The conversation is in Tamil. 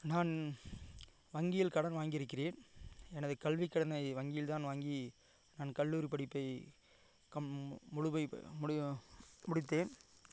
நான் வங்கியில் கடன் வாங்கிருக்கிறேன் எனது கல்விக் கடனை வங்கியில் தான் வாங்கி நான் கல்லூரி படிப்பை கம் முழுமை முடி முடித்தேன்